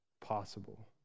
possible